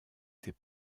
ses